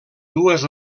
dues